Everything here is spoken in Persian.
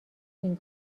این